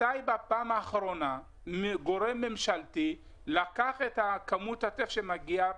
מתי בפעם האחרונה גורם ממשלתי לקח את כמות הטף שמגיעה